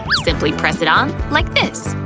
simply press it on like this.